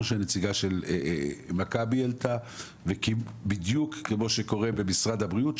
שהנציגה של מכבי העלתה ובדיוק כמו שקורה במשרד הבריאות.